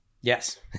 Yes